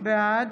בעד